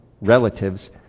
relatives